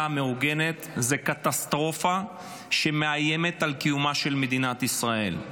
המאורגנת זה קטסטרופה שמאיימת על קיומה של מדינת ישראל.